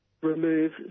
remove